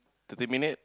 thirty minute